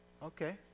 Okay